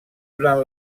durant